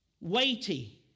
Weighty